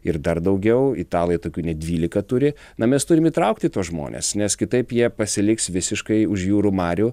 ir dar daugiau italai tokių net dvylika turi na mes turim įtraukti tuos žmones nes kitaip jie pasiliks visiškai už jūrų marių